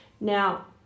Now